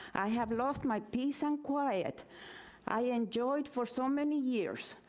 i have lost my peace and quiet i enjoyed for so many years.